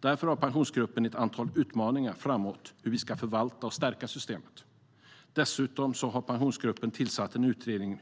Därför har pensionsgruppen ett antal utmaningar framåt som handlar om hur vi ska förvalta och stärka systemet. Pensionsgruppen har också tillsatt en utredning